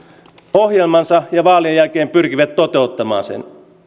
ohjelmansa ja vaalien jälkeen pyrkivät toteuttamaan sen